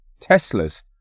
Teslas